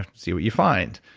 ah see what you find.